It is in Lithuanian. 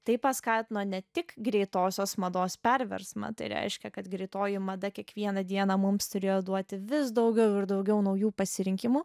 taip paskatino ne tik greitosios mados perversmą tai reiškia kad greitoji mada kiekvieną dieną mums turėjo duoti vis daugiau ir daugiau naujų pasirinkimų